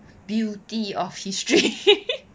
beauty of history